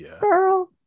Girl